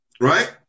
Right